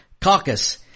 caucus